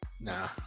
Nah